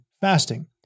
fasting